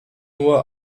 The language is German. nur